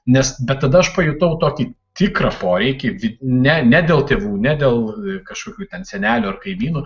nes bet tada aš pajutau tokį tikrą poreikį vid ne ne dėl tėvų ne dėl kažkokių ten senelių ar kaimynų